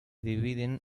dividen